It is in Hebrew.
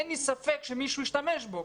אין לי ספק שמישהו ישתמש בו.